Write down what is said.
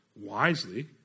wisely